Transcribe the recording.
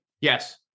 Yes